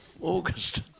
August